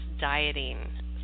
dieting